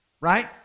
Right